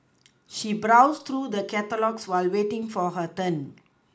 she browsed through the catalogues while waiting for her turn